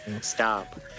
stop